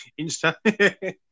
Insta